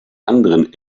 anderen